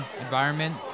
environment